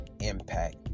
impact